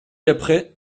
après